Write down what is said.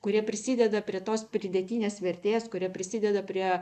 kurie prisideda prie tos pridėtinės vertės kurie prisideda prie